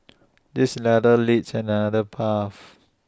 this ladder leads an another path